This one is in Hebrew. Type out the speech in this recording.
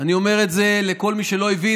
אני אומר את זה לכל מי שלא הבין,